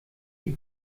die